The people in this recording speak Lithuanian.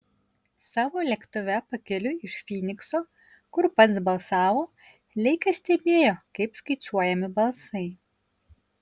savo lėktuve pakeliui iš fynikso kur pats balsavo leikas stebėjo kaip skaičiuojami balsai